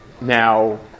Now